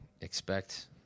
expect